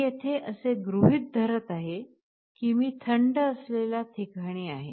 मी येथे असे गृहित धरत आहे की मी थंड असलेल्या ठिकाणी आहे